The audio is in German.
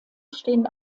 stehen